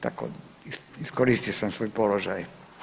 Tako, iskoristio sam svoj položaj.